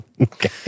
Okay